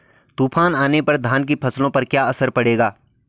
तूफान आने पर धान की फसलों पर क्या असर पड़ेगा?